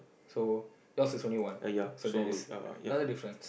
so yours is only one right so that is another difference